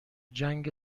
جنگ